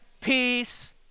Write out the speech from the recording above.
peace